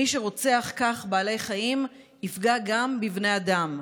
מי שרוצח כך בעלי חיים יפגע גם בבני אדם,